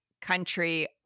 country